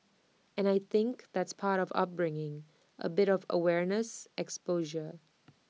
and I think that's part of upbringing A bit of awareness exposure